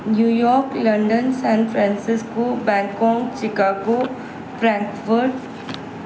New York London San Francisco Bangkok Chicago Frankfurt